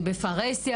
בפרהסיה?